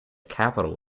capital